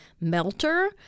melter